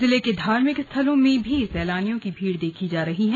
जिले के धार्मिक स्थलों में भी सैलानियों की भीड़ देखी जा रही है